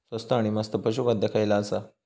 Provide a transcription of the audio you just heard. स्वस्त आणि मस्त पशू खाद्य खयला आसा?